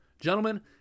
gentlemen